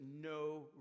no